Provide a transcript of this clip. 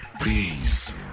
peace